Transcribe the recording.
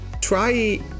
try